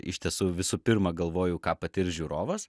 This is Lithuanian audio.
iš tiesų visų pirma galvoju ką patirs žiūrovas